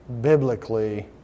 biblically